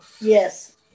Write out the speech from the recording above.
yes